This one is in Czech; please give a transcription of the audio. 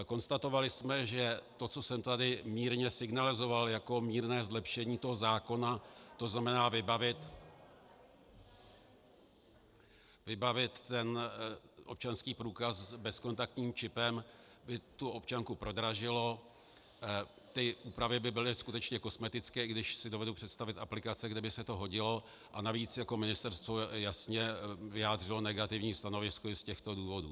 Konstatovali jsme, že to, co jsem tady mírně signalizoval jako mírné zlepšení toho zákona, to znamená vybavit občanský průkaz bezkontaktním čipem, by tu občanku prodražilo, ty úpravy by byly skutečně kosmetické, i když si dovedu představit aplikace, kde by se to hodilo, a navíc jako ministerstvo jasně vyjádřilo negativní stanovisko i z těchto důvodů.